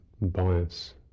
bias